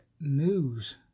News